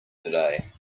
today